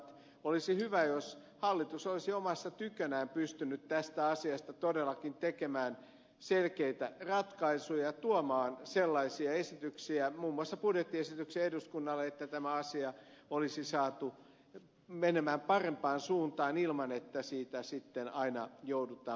olisi hyvä jos hallitus olisi omassa tykönään pystynyt tästä asiasta todellakin tekemään selkeitä ratkaisuja tuomaan sellaisia esityksiä muun muassa budjettiesityksiä eduskunnalle että tämä asia olisi saatu menemään parempaan suuntaan ilman että siitä sitten aina joudutaan puhumaan